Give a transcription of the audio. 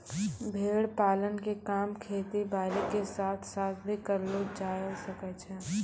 भेड़ पालन के काम खेती बारी के साथ साथ भी करलो जायल सकै छो